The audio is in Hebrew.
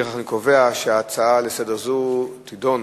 לפיכך, אני קובע שהצעה זו לסדר-היום תידון